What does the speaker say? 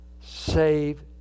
Save